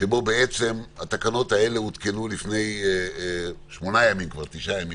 שבו התקנות האלה הותקנו לפני שמונה או תשעה ימים.